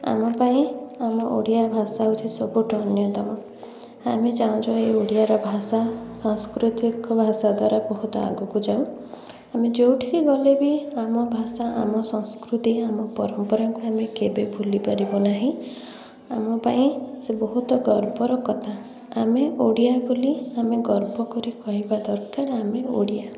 ଆମ ପାଇଁ ଆମ ଓଡ଼ିଆ ଭାଷା ହେଉଛି ସବୁଠୁ ଅନ୍ୟତମ ଆମେ ଚାହୁଁଛୁ ଏହି ଓଡ଼ିଆର ଭାଷା ସାଂସ୍କୃତିକ ଭାଷା ଦ୍ଵାରା ବହୁତ ଆଗକୁ ଯାଉ ଆମେ ଯେଉଁଠି ଗଲେ ବି ଆମ ଭାଷା ଆମ ସଂସ୍କୃତି ଆମ ପରମ୍ପରାକୁ ଆମେ କେବେ ଭୁଲି ପାରିବୁ ନାହିଁ ଆମ ପାଇଁ ସେ ବହୁତ ଗର୍ବର କଥା ଆମେ ଓଡ଼ିଆ ବୋଲି ଆମେ ଗର୍ବ କରି କହିବା ଦରକାର ଆମେ ଓଡ଼ିଆ